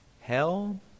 hell